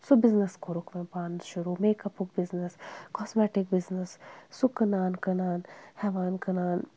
سُہ بِزنس کوٚرُکھ وۄنۍ پانہٕ شروٗع میکپُک بِزنِس کاسمیٹِک بِزنِس سُہ کٕنان کٕنان ہٮ۪وان کٕنان